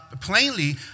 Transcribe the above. plainly